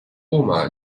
oma